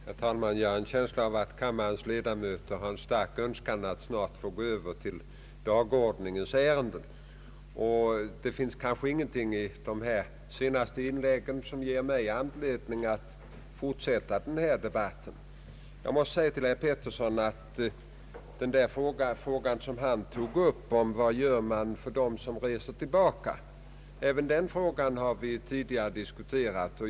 Herr talman! Jag har en känsla av att kammarens ledamöter hyser en stark önskan att snart få övergå till dagordningens ärenden. Det fanns heller knappast någonting i de senaste inläggen som ger mig anledning att fortsätta denna debatt. Även frågan om vad vi gör för dem som återvänder från storstadsregionen till sin hemort har man, herr Karl Pettersson, tidigare diskuterat.